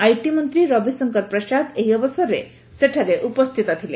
IT ମନ୍ତ୍ରୀ ରବିଶଙ୍କର ପ୍ରସାଦ ଏହି ଅବସରରେ ସେଠାରେ ଉପସ୍ଥିତ ଥିଲେ